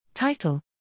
Title